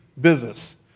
business